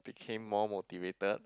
became more motivated